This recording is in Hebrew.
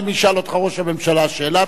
אם ישאל אותך ראש הממשלה שאלה,